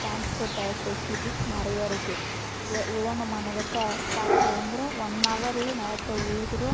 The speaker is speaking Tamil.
டிரான்ஸ்போர்ட் ஃப ஃபெசிலிட்டீஸ் நிறைய இருக்குது ஏ உழணுமா நிலத்தை ட்ராக்டர் வந்துரும் ஒன் ஹவர்லேயே நிலத்த உழுதுடும்